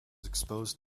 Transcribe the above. exposed